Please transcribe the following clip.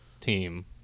team